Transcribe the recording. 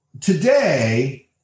Today